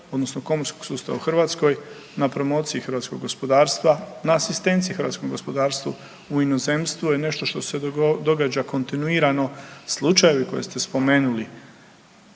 odnosno komorskog sustava u Hrvatskoj na promociji hrvatskog gospodarstva, na asistenciji hrvatskom gospodarstvu u inozemstvu je nešto što se događa kontinuirano. Slučajevi koje ste spomenuli